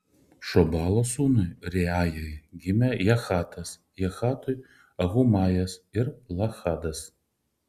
šobalo sūnui reajai gimė jahatas jahatui ahumajas ir lahadas